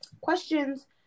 questions